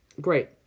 great